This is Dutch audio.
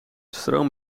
stroom